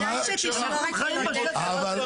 כדאי שתשמרו על מילותיכם.